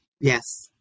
Yes